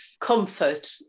comfort